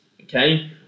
okay